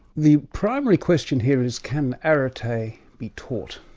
the primary question here is can arete ah be taught.